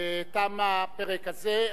תם הפרק הזה.